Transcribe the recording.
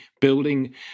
building